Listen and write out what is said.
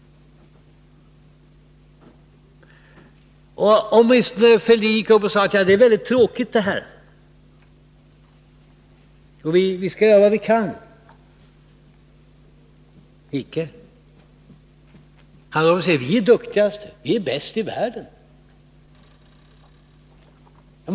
Om Thorbjörn Fälldin åtminstone gick ut och sade att detta är väldigt tråkigt och att ni skall göra allt ni kan. Icke. Han säger: Vi är duktigast, vi är bäst i världen.